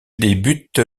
débute